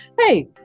Hey